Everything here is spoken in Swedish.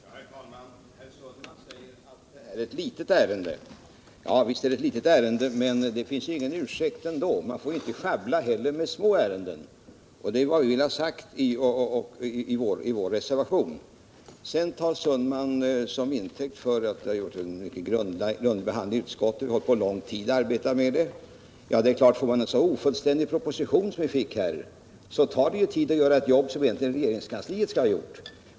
Herr talman! Per Olof Sundman säger att det här är ett litet ärende. Visst är det ett litet ärende, men det är ingen ursäkt — man får inte schabbla med små ärenden heller. Det är vad vi har sagt i vår reservation. Sedan anför Per Olof Sundman som bevis för att det gjorts en mycket grundlig behandling i utskottet att vi har arbetat under lång tid. Får utskottet en så ofullständig proposition som i detta fall, tar det lång tid för utskottet att göra ett jobb som regeringskansliet egentligen borde ha gjort.